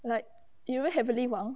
like you know heavenly wang